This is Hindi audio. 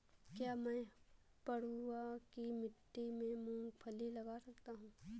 क्या मैं पडुआ की मिट्टी में मूँगफली लगा सकता हूँ?